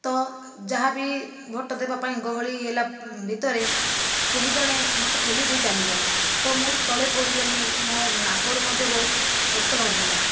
ତ ଯାହା ବି ଭୋଟ ଦେବା ପାଇଁ ଗହଳି ହେଲା ଭିତରେ କେହି ଜଣେ ମୋତେ ଠେଲି ଦେଇ ଚାଲିଗଲା ତ ମୁଁ ତଳେ ପଡ଼ିଗଲି ମୋ ନାକରୁ ମଧ୍ୟ ବହୁତ ରକ୍ତ ବାହାରି ଥିଲା